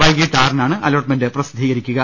വൈകിട്ട് ആറിനാണ് അലോട്ട്മെന്റ് പ്രസിദ്ധീകരിക്കുക